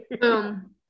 Boom